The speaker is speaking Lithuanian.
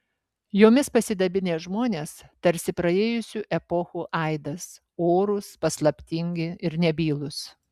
jomis pasidabinę žmonės tarsi praėjusių epochų aidas orūs paslaptingi ir nebylūs